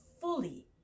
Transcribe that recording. fully